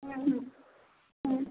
হুম হুম হুম